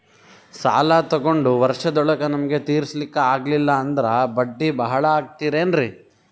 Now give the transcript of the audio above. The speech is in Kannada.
ಸಾಲ ತೊಗೊಂಡು ವರ್ಷದೋಳಗ ನಮಗೆ ತೀರಿಸ್ಲಿಕಾ ಆಗಿಲ್ಲಾ ಅಂದ್ರ ಬಡ್ಡಿ ಬಹಳಾ ಆಗತಿರೆನ್ರಿ?